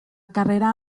carrera